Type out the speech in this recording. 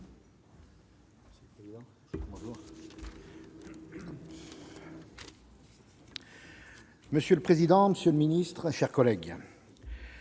Monsieur le président, monsieur le ministre, mes chers collègues,